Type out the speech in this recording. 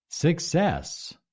Success